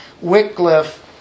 Wycliffe